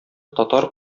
татар